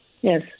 yes